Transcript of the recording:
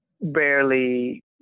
barely